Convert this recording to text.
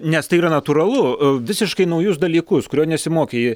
nes tai yra natūralu visiškai naujus dalykus kurio nesimokė jie